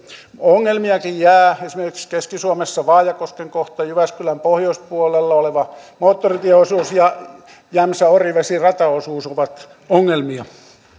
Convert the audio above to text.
ongelmiakin jää esimerkiksi keski suomessa vaajakosken kohta jyväskylän pohjoispuolella oleva moottoritieosuus ja jämsä orivesi rataosuus ovat ongelmia